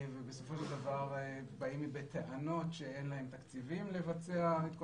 בסופו של דבר באים בטענות שאין להם תקציבים לבצע את כל